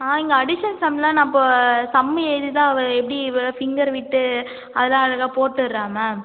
ஆ இங்கே அடிஷன் சம்லாம் நான் இப்போ சம் எழுதிதான் அவள் எப்படி வ ஃபிங்கர் விட்டு அதல்லாம் அவளாக போட்டுடுறா மேம்